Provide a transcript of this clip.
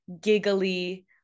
giggly